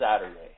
Saturday